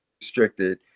restricted